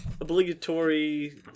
Obligatory